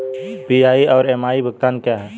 PI और MI भुगतान क्या हैं?